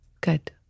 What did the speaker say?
Good